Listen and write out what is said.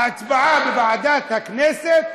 ההצבעה בוועדת הכנסת,